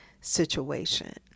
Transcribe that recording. situation